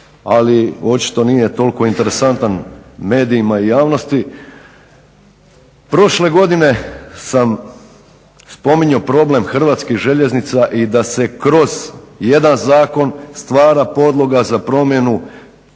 ali očito nije toliko interesantan medijima i javnosti. Prošle godine sam spominjao problem Hrvatskih željeznica i da se kroz jedan zakon stvara podloga za promjenu